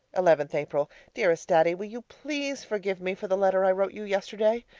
eleventh april dearest daddy, will you please forgive me for the letter i wrote you yesterday?